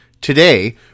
Today